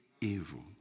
evil